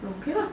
oh okay lah